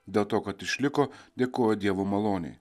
dėl to kad išliko dėkojo dievo malonei